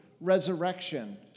resurrection